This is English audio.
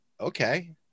okay